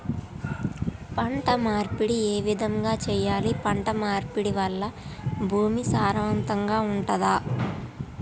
పంట మార్పిడి ఏ విధంగా చెయ్యాలి? పంట మార్పిడి వల్ల భూమి సారవంతంగా ఉంటదా?